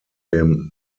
dem